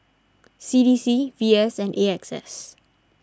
C D C V S and A X S